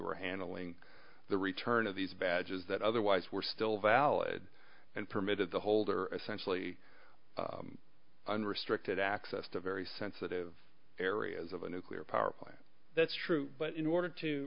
were handling the return of these badges that otherwise were still valid and permitted the holder essentially unrestricted access to very sensitive areas of a nuclear power plant that's true but in order to